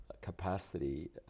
capacity